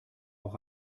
auch